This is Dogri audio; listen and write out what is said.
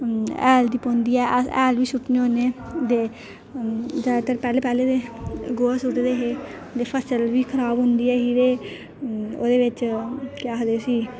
हैल दी पौंदी ऐ अस हैल बी सु'ट्टने होन्ने ते जैदातर पैह्लें पैह्लें ते गोहा सु'टदे हे फसल बी खराब होंदी ऐ ही ते ओह्दे बिच केह् आखदे उसी